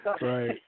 Right